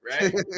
right